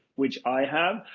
which i have,